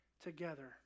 together